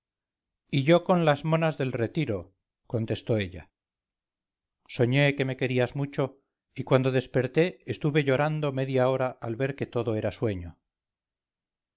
y yo con las monas del retiro contestó ella soñé que me querías mucho y cuando desperté estuve llorando media hora al ver que todo era sueño